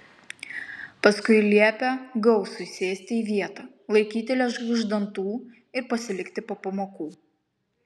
paskui liepė gausui sėsti į vietą laikyti liežuvį už dantų ir pasilikti po pamokų